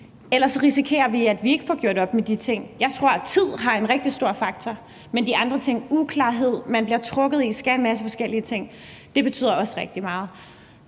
ellers risikerer vi, at vi ikke får gjort op med de ting. Jeg tror, at tid er en rigtig stor faktor, men de andre ting, uklarhed, og at man bliver trukket i og skal en masse forskellige ting, også betyder rigtig meget.